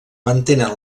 mantenen